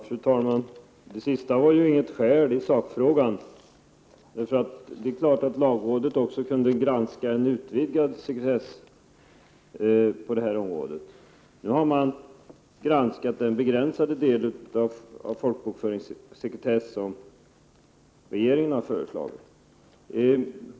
Fru talman! Det senast anförda var inget skäl i sakfrågan. Det är klart att lagrådet också skulle kunna granska ett förslag om utvidgad sekretess på detta område. Nu har lagrådet granskat en begränsad dellagstiftning om folkbokföringssekretess som regeringen har föreslagit.